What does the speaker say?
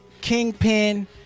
Kingpin